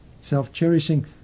Self-cherishing